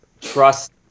trust